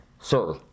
sir